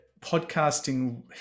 podcasting